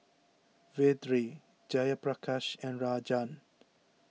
Vedre Jayaprakash and Rajan